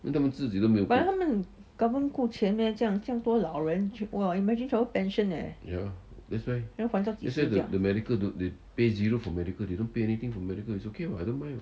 bu then 他们 governement 够钱 meh 这样这样多老人 !wah! imagine 全部都 pension leh 要还到几时这样